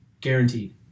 Guaranteed